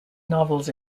novels